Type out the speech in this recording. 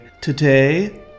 Today